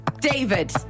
David